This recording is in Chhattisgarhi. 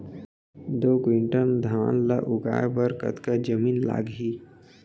दो क्विंटल धान ला उगाए बर कतका जमीन लागही?